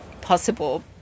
possible